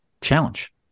Challenge